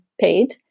paid